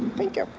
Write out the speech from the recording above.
thank you.